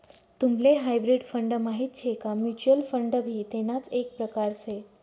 तुम्हले hybrid fund माहित शे का? म्युच्युअल फंड भी तेणाच एक प्रकार से